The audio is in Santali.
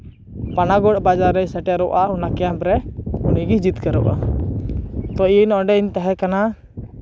ᱯᱟᱱᱟᱜᱚᱲ ᱵᱟᱡᱟᱨᱮᱭ ᱥᱮᱴᱮᱨᱚᱜᱼᱟ ᱚᱱᱟ ᱠᱮᱢᱯ ᱨᱮ ᱩᱱᱤᱜᱮᱭ ᱡᱤᱛᱠᱟᱹᱨᱚᱜᱼᱟ ᱛᱚ ᱤᱧ ᱚᱸᱰᱮᱧ ᱛᱟᱦᱮᱸ ᱠᱟᱱᱟ